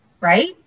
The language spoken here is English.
right